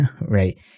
right